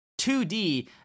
2D